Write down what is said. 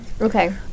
okay